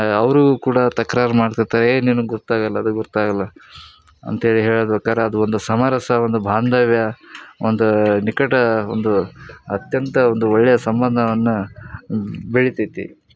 ಅವರೂ ಕೂಡ ತಕ್ರಾರು ಮಾಡ್ತಿರ್ತಾರೆ ಏಯ್ ನಿನಗೆ ಗೊತ್ತಾಗೋಲ್ಲ ಅದು ಗೊತ್ತಾಗೋಲ್ಲ ಅಂತೇಳಿ ಹೇಳ್ಬೇಕಾರೆ ಅದು ಒಂದು ಸಮರಸ ಒಂದು ಬಾಂಧವ್ಯ ಒಂದು ನಿಕಟ ಒಂದು ಅತ್ಯಂತ ಒಂದು ಒಳ್ಳೆಯ ಸಂಬಂಧವನ್ನು ಬೆಳೀತೈತಿ